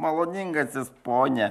maloningasis pone